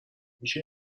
میشه